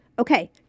Okay